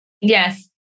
Yes